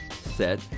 set